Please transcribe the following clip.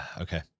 Okay